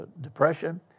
Depression